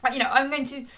but you know, i'm going to.